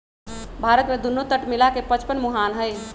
भारत में दुन्नो तट मिला के पचपन मुहान हई